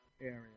area